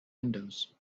windows